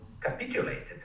capitulated